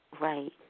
right